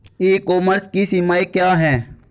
ई commerce की सीमाएं क्या हैं?